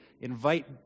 invite